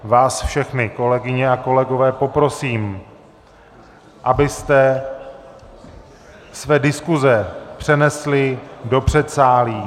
Vás všechny, kolegyně a kolegové, poprosím, abyste své diskuze přenesli do předsálí.